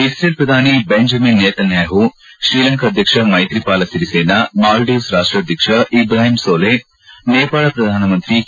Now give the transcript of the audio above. ಇಕ್ರೇಲ್ ಪ್ರಧಾನಿ Benjamin Netanyahu Sri Lanka ಅಧ್ಯಕ್ಷ Maithripala Sirisena Maldives ರಾಷ್ಟಾಧಕ್ಷ ಇಬ್ರಾಹೀಂ ಸೋಲ್ವೆ ನೇಪಾಳ ಪ್ರಧಾನಮಂತ್ರಿ ಕೆ